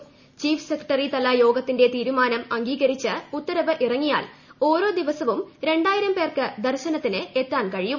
് ചീഫ് സെക്രട്ടറിതല യോഗത്തിൻറെ തീരുമാനം അംഗീകരിച്ച് ഉത്തരവ് ഇറങ്ങിയാൽ ഓരോ ദിവസവും രണ്ടായിരം പേർക്ക് ദർശനത്തിന് എത്താൻ കഴിയും